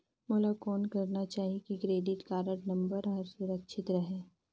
मोला कौन करना चाही की क्रेडिट कारड नम्बर हर सुरक्षित रहे?